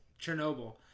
Chernobyl